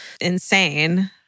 insane